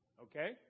okay